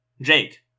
Jake